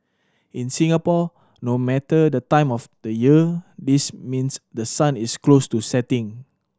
in Singapore no matter the time of the year this means the sun is close to setting